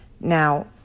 Now